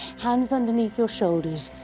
hands underneath your shoulders,